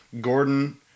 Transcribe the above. Gordon